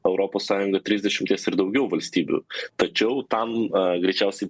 europos sąjungą trisdešimties ir daugiau valstybių tačiau tam greičiausiai